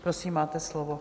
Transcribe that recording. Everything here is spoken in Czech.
Prosím, máte slovo.